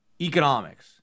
economics